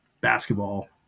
basketball